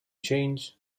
chains